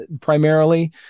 primarily